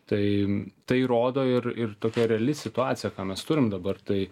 tai tai rodo ir ir tokia reali situacija ką mes turim dabar tai